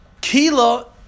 Kilo